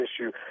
issue